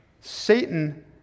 Satan